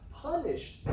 punished